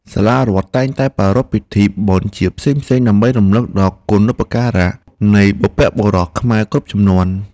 សាលារដ្ឋតែងតែប្រារព្ធពិធីបុណ្យជាតិផ្សេងៗដើម្បីរំលឹកដល់គុណូបការៈនៃបុព្វបុរសខ្មែរគ្រប់ជំនាន់។